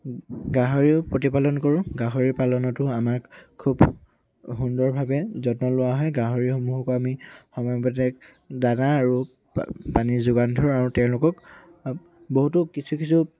গাহৰিও প্ৰতিপালন কৰোঁ গাহৰি পালনতো আমাক খুব সুন্দৰভাৱে যত্ন লোৱা হয় গাহৰিসমূহকো আমি সময়মতে দানা আৰু পানী যোগান ধৰোঁ আৰু তেওঁলোকক বহুতো কিছু কিছু